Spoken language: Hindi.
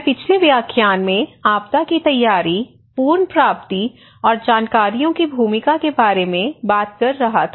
मैं पिछले व्याख्यान में आपदा की तैयारी पुनर्प्राप्ति और जानकारियों की भूमिका के बारे में बात कर रहा था